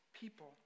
people